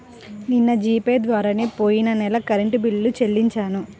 నిన్న G pay ద్వారానే పొయ్యిన నెల కరెంట్ బిల్లుని చెల్లించాను